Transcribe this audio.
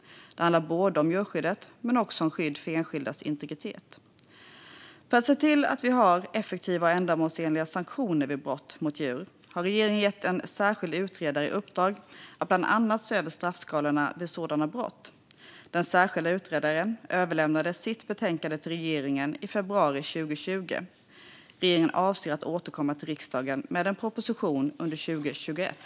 Det handlar både om djurskyddet och om skydd för enskildas integritet. För att se till att vi har effektiva och ändamålsenliga sanktioner vid brott mot djur har regeringen gett en särskild utredare i uppdrag att bland annat se över straffskalorna vid sådana brott. Den särskilda utredaren överlämnade sitt betänkande till regeringen i februari 2020. Regeringen avser att återkomma till riksdagen med en proposition under 2021.